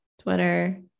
Twitter